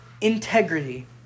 integrity